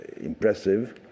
impressive